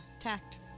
Tact